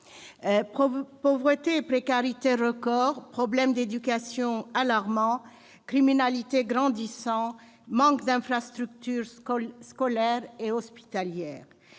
pauvreté et précarité records, problèmes d'éducation alarmants, criminalité grandissante, manque d'infrastructures scolaires et hospitalières